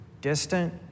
distant